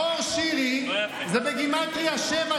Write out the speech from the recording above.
הוא נאם ודיבר וטינף והסית